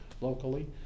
locally